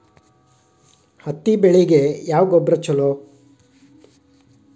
ಹತ್ತಿ ಬೆಳಿಗ ಯಾವ ಗೊಬ್ಬರ ಛಲೋ?